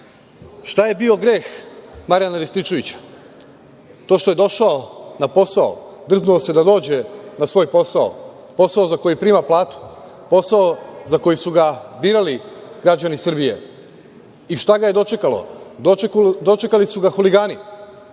je bio greh Marijan Rističevića? To što je došao na posao, drznuo se da dođe na svoj posao, posao za koji prima platu, posao za koga su ga birali građani Srbije? Šta ga je dočekalo? Dočekali su ga huligani,